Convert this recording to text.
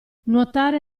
nuotare